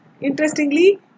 Interestingly